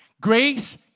Grace